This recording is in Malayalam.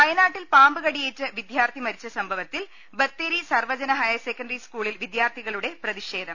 വയനാട്ടിൽ പാമ്പ് കടിയേറ്റ് വിദ്യാർത്ഥി മരിച്ച സംഭവത്തിൽ ബത്തേരി സർവജന ഹയർസെക്കണ്ടറി സ്കൂളിൽ വിദ്യാർത്ഥിക ളുടെ പ്രതിഷേധം